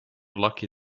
lucky